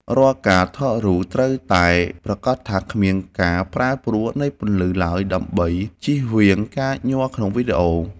រាល់ការថតរូបត្រូវតែប្រាកដថាគ្មានការប្រែប្រួលនៃពន្លឺឡើយដើម្បីជៀសវាងការញ័រក្នុងវីដេអូ។